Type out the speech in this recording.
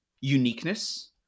uniqueness